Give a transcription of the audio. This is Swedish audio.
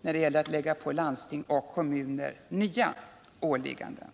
när det gäller att ge landsting och kommuner nya åligganden.